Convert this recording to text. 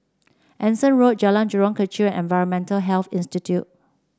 Anson Road Jalan Jurong Kechil and Environmental Health Institute